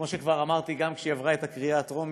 כמו שכבר אמרתי גם כשהיא עברה את הקריאה הטרומית,